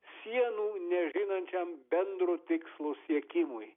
sienų nežinančiam bendro tikslo siekimui